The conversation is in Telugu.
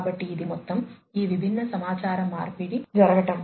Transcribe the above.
కాబట్టి ఇది మొత్తం ఈ విభిన్న సమాచార మార్పిడి జరుగటం